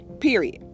Period